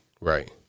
Right